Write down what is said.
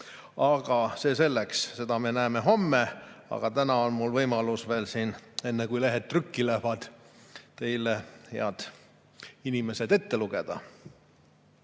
Aga see selleks, seda me näeme homme. Ent täna on mul võimalus veel enne, kui lehed trükki lähevad, see teile, head inimesed, ette lugeda.